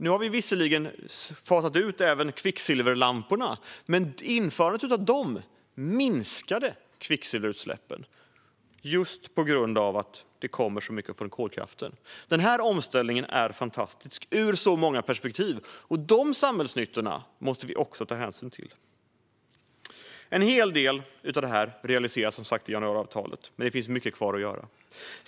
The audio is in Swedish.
Nu har vi visserligen fasat ut även kvicksilverlamporna, men införandet av dem minskade kvicksilverutsläppen just på grund av att det kommer så mycket från kolkraften. Denna omställning är fantastisk ur så många perspektiv, och dessa samhällsnyttor måste vi också ta hänsyn till. En hel del av det här realiseras som sagt i januariavtalet, men det finns mycket kvar att göra.